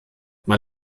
man